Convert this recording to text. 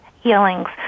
healings